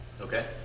Okay